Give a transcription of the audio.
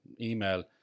email